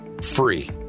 free